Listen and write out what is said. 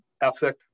ethic